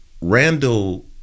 Randall